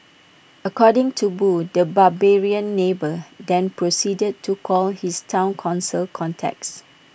according to boo the barbarian neighbour then proceeded to call his Town Council contacts